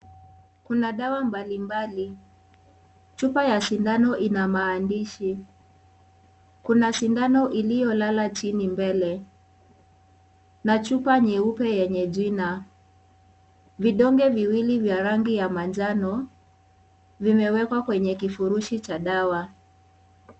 Kuna dawa mbali mbali chupa ya sindano ina maandishi kuna sindano iliyo lala chini mbele na chupa nyeupe yenye jina vidonge viwili vya rangi ya manjano vimewekwa kwenye kifurushi cha dawa.